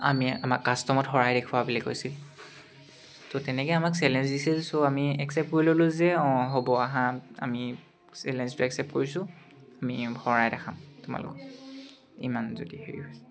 আমি আমাক কাষ্টমত হৰাই দেখুওৱা বুলি কৈছিল তো তেনেকৈ আমাক চেলেঞ্জ দিছিল ছ' আমি একচেপ্ট কৰি ল'লোঁ যে অঁ হ'ব আহা আমি চেলেঞ্জটো একচেপ্ট কৰিছোঁ আমি হৰাই দেখাম তোমালোকক ইমান যদি হেৰি হৈছে